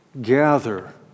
gather